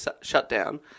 shutdown